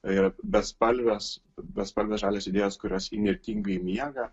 yra bespalvės bespalvės žalios idėjos kurios įnirtingai miega